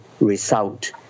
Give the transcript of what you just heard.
result